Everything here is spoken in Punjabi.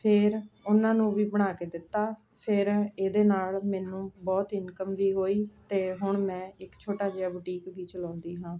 ਫਿਰ ਉਹਨਾਂ ਨੂੰ ਵੀ ਬਣਾ ਕੇ ਦਿੱਤਾ ਫਿਰ ਇਹਦੇ ਨਾਲ ਮੈਨੂੰ ਬਹੁਤ ਇਨਕਮ ਵੀ ਹੋਈ ਅਤੇ ਹੁਣ ਮੈਂ ਇੱਕ ਛੋਟਾ ਜਿਹਾ ਬੁਟੀਕ ਵੀ ਚਲਾਉਂਦੀ ਹਾਂ